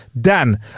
Dan